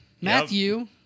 Matthew